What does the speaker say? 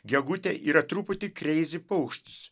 gegutė yra truputį kreizi paukštis